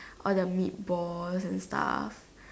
all the meat balls and stuff